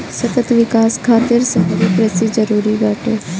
सतत विकास खातिर शहरी कृषि जरूरी बाटे